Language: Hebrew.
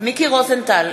מיקי רוזנטל,